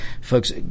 Folks